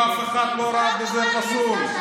ואף אחד לא ראה בזה פסול.